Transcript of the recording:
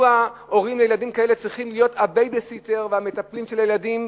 מדוע הורים לילדים כאלה צריכים להיות הבייביסיטר והמטפלים של הילדים,